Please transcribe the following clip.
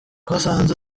twasanze